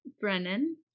Brennan